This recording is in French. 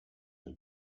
elle